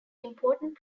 important